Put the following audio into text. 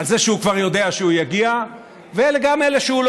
על זה שהוא כבר יודע שהוא יגיע,